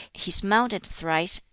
he smelt it thrice,